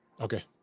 Okay